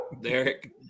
Derek